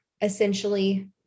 essentially